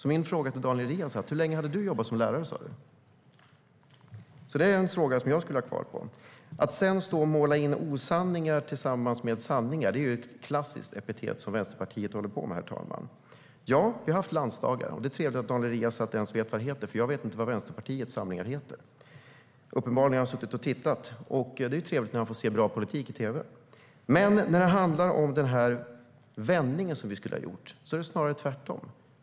Min fråga till Daniel Riazat är: Hur länge har du jobbat som lärare? Det är en fråga som jag skulle vilja ha svar på. Att stå och måla upp osanningar tillsammans med sanningar är ett klassiskt epitet som Vänsterpartiet håller på med. Det är riktigt att vi har haft landsdagar, och det är trevligt att Daniel Riazat ens vet vad de heter. Jag vet nämligen inte vad Vänsterpartiets samlingar heter. Uppenbarligen har han suttit och tittat. Det är trevligt när man får se bra politik i tv. När det handlar om den vändning som vi skulle ha gjort är det snarare tvärtom.